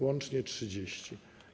Łącznie - 30.